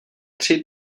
tři